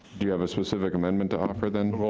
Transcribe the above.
do you have a specific amendment to offer, then? well,